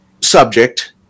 subject